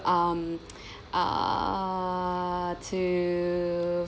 um uh to